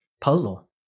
puzzle